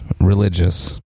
religious